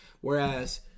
Whereas